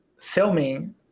filming